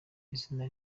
izina